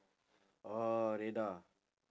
orh radar